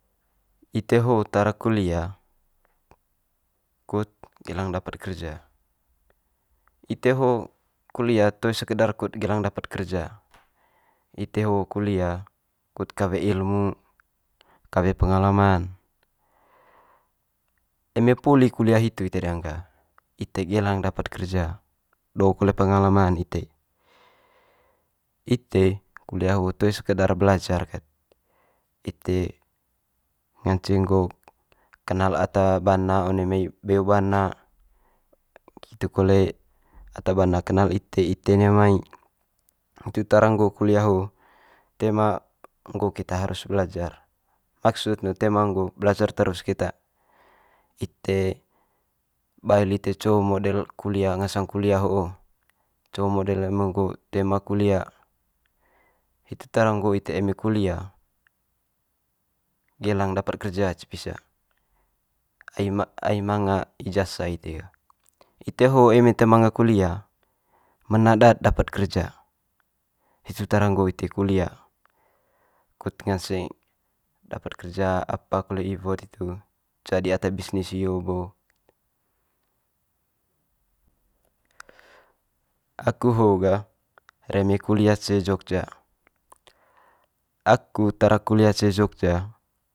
ite ho'o tara kulia kut gelang dapat kerja. Ite ho kulia toe sekedar gelang dapat kerja ite ho kulia kut kawe ilmu, kawe pengalaman. Eme poli kulia hitu ite ding ga ite gelang dapat kerja, do kole pengalaman ite. Ite kulia ho toe sekedar belajar ket, ite ngance nggo kenal ata bana one mai beo bana nggitu kole ata bana kenal ite, ite nia mai. Itu tara nggo keta kulia ho toe ma nggo keta harus belajar, maksud ne toe ma nggo'o belajar terus keta, ite bae lite co model kulia ngasang kulia ho'o co model eme nggo toe ma kulia. Hitu tara nggo ite eme kulia gelang dapat kerja cepisa ai ma ai manga ijazah ite ga. Ite ho eme toe manga kulia mena daat dapat kerja, hitu tara nggo'o ite kulia kut nganse dapat kerja apa kole iwo'd hitu jadi ata bisnis sio bo. Aku ho'o ga reme kulia ce jogja. Aku tara kulia cee jogja.